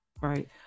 right